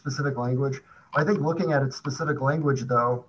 specific language i think looking at specific language though